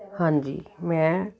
ਹਾਂਜੀ ਮੈਂ